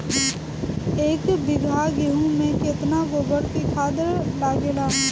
एक बीगहा गेहूं में केतना गोबर के खाद लागेला?